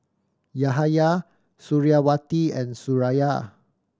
Yahaya Suriawati and Suraya